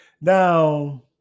Now